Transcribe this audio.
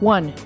One